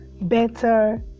better